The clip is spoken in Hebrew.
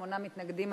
שמונה מתנגדים.